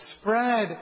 spread